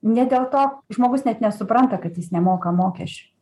ne dėl to žmogus net nesupranta kad jis nemoka mokesčių